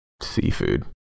seafood